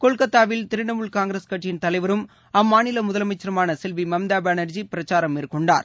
கொல்கத்தாவில் காங்கிரஸ் திரிணமூல் கட்சியின் தலைவரும் அம்மாநிலமுதலமைச்சருமானசெல்விமம்தாபானர்ஜி பிரச்சாரம் மேற்கொண்டார்